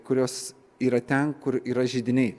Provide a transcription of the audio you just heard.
kurios yra ten kur yra židiniai